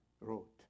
wrote